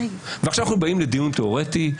ועכשיו אנחנו באים לדיון תיאורטי,